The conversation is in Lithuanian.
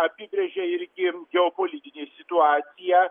apibrėžia irgi geopolitinė situacija